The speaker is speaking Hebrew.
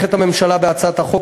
הממשלה תומכת בהצעת החוק,